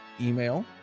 email